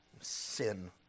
Sin